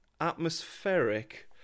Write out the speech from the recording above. atmospheric